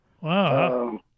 Wow